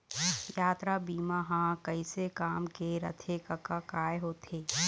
यातरा बीमा ह कइसे काम के रथे कका काय होथे?